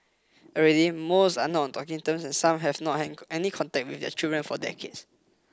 already most are not on talking terms and some have not had any contact with their children for decades